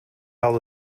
held